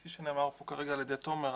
כפי שנאמר פה כרגע על ידי תומר,